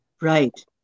Right